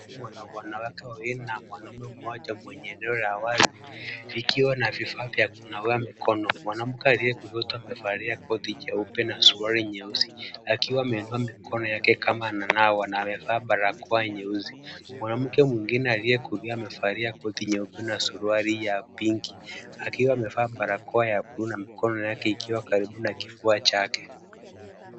Wanawake wawili na mwanaume mmoja kwenye wazi likiwa na vifaa vya kunawia mkono. Mwanamke aliye kushoto amevalia koti jeupe na suruali nyeusi, akiwa ameinua mikono yake kama ananawa, na amevaa barakoa nyeusi. Mwanamke mwingine aliye kulia amevalia koti nyeupe na suruali ya pinki. Akiwa amevaa barakoa ya bluu, na mikono yake ikiwa karibu na kifua chake.